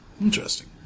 interesting